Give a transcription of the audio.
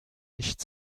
nicht